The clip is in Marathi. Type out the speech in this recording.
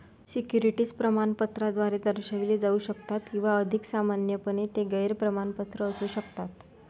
सिक्युरिटीज प्रमाणपत्राद्वारे दर्शविले जाऊ शकतात किंवा अधिक सामान्यपणे, ते गैर प्रमाणपत्र असू शकतात